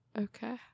Okay